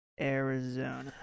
Arizona